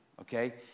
okay